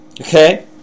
Okay